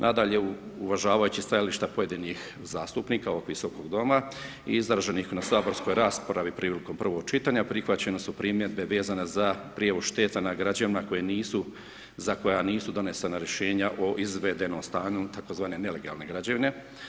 Nadalje, uvažavajući stajališta pojedinih zastupnika ovog Visokog doma izraženih na saborskoj raspravi prilikom prvog čitanja prihvaćene su primjedbe vezane za prijevoz šteta na građevinama za koje nisu, za koja nisu donesena rješenja o izvedenom stanju tzv. nelegalne građevine.